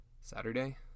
Saturday